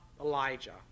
Elijah